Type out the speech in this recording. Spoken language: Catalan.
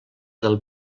del